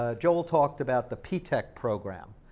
ah joel talked about the p-tech program.